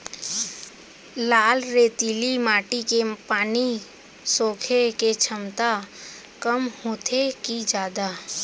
लाल रेतीली माटी के पानी सोखे के क्षमता कम होथे की जादा?